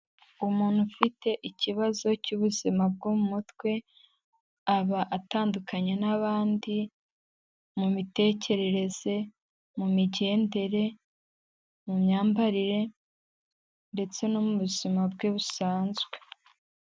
Umuntu ufite ikibazo cy'ubuzima bwo mu mutwe, aba atandukanye n'abandi, mu mitekerereze, mu migendere, mu myambarire ndetse no mu buzima bwe busanzwe.